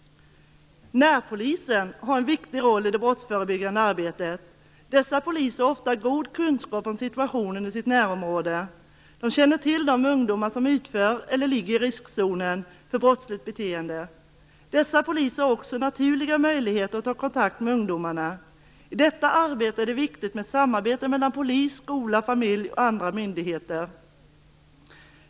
Närpoliserna har en viktig roll i det brottsförebyggande arbetet. Dessa poliser har ofta god kunskap om situationen i närområdet. De känner till de ungdomar som utför brott eller ligger i riskzonen för brottsligt beteende. Dessa poliser har också naturliga möjligheter att ta kontakt med ungdomarna. I detta arbete är det viktigt med samarbete mellan polis, skola, familj och andra myndigheter.